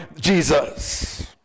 Jesus